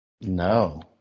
No